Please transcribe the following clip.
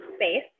space